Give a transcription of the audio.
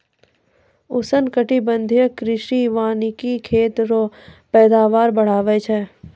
उष्णकटिबंधीय कृषि वानिकी खेत रो पैदावार बढ़ाबै छै